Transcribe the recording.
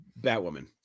Batwoman